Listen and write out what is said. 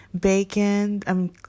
bacon